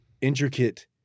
intricate